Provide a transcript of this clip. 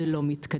זה לא מתקדם.